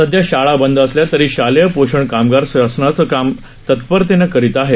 सध्या शाळा बंद असल्या तरी शालेय पोषण कामगार शासनाचं काम तत्परतेनं करीत आहेत